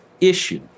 issue